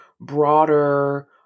broader